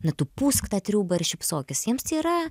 na tu pusk tą triūbą ir šypsokis jiems tai yra